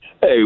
Hey